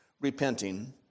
repenting